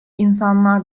insanlar